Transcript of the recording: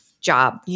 job